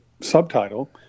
subtitle